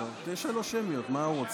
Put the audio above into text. מה?